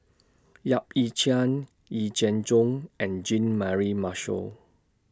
Yap Ee Chian Yee Jenn Jong and Jean Mary Marshall